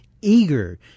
eager